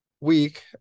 week